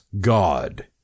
God